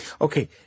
okay